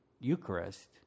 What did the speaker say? Eucharist